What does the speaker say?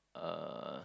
uh